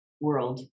world